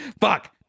fuck